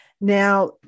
Now